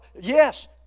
yes